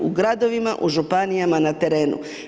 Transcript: U gradovima, u županijama, na terenu.